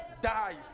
dies